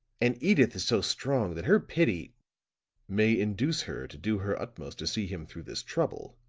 and edyth is so strong that her pity may induce her to do her utmost to see him through this trouble,